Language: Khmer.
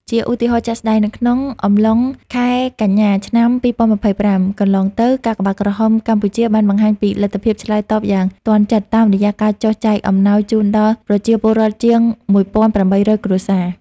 ជាឧទាហរណ៍ជាក់ស្ដែង នៅក្នុងអំឡុងខែកញ្ញា ឆ្នាំ២០២៥ កន្លងទៅ កាកបាទក្រហមកម្ពុជាបានបង្ហាញពីលទ្ធភាពឆ្លើយតបយ៉ាងទាន់ចិត្ត តាមរយៈការចុះចែកអំណោយជូនដល់ប្រជាពលរដ្ឋជាង ១៨០០ គ្រួសារ។